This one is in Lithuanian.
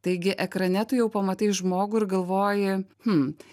taigi ekrane tu jau pamatai žmogų ir galvoji hm